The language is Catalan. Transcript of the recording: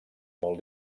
molt